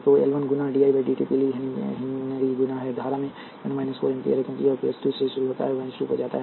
तो L 1 गुना dI 1 dt 3 milli henry गुना है धारा में परिवर्तन है 4 मिली amps क्योंकि यह 2 से शुरू होता है और फिर 2 पर जाता है